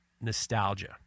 nostalgia